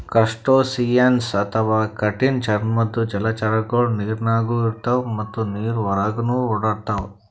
crustaceans ಅಥವಾ ಕಠಿಣ್ ಚರ್ಮದ್ದ್ ಜಲಚರಗೊಳು ನೀರಿನಾಗ್ನು ಇರ್ತವ್ ಮತ್ತ್ ನೀರ್ ಹೊರಗನ್ನು ಓಡಾಡ್ತವಾ